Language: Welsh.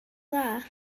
dda